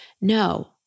No